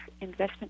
Investment